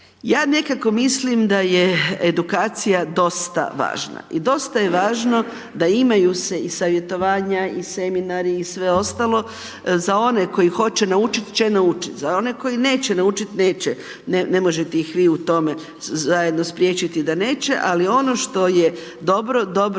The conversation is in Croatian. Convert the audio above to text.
ja nekako mislim da je edukacija dosta važna i dosta je važno da imaju se i savjetovanja i seminari i sve ostalo za one koji hoće naučit će naučit, za one koji neće naučit, neće, ne možete ih vi u tome zajedno spriječiti da neće ali ono što je dobro, dobro